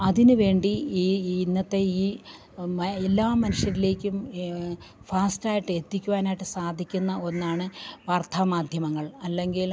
അതിന് വേണ്ടി ഈ ഇന്നത്തെ ഈ മെ എല്ലാ മനുഷ്യരിലേക്കും ഫാസ്റ്റായിട്ട് എത്തിക്കുവാനായിട്ട് സാധിക്കുന്ന ഒന്നാണ് വാർത്താമാധ്യമങ്ങൾ അല്ലെങ്കില്